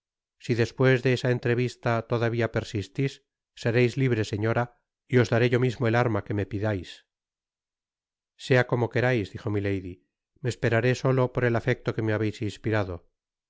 si despues de esa entrevista todavia persistis sereis libre señora y os daré yo mismo et arma que me pediais sea como querais dijo milady me esperaré solo por el afecto que me habeis inspirado